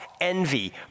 envy